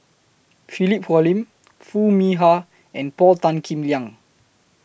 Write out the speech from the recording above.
Philip Hoalim Foo Mee Har and Paul Tan Kim Liang